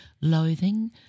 loathing